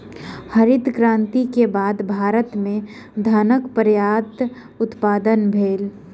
हरित क्रांति के बाद भारत में धानक पर्यात उत्पादन भेल